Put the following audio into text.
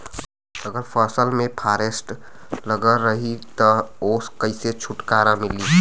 अगर फसल में फारेस्ट लगल रही त ओस कइसे छूटकारा मिली?